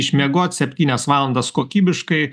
išmiegot septynias valandas kokybiškai